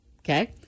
okay